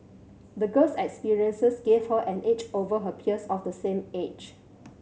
the girl's experiences gave her an edge over her peers of the same age